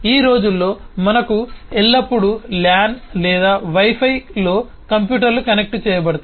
ఈ రోజుల్లో మనకు ఎల్లప్పుడూ LAN లేదా Wi Fi లో కంప్యూటర్లు కనెక్ట్ చేయబడతాయి